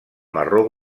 marró